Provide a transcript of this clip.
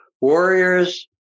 Warriors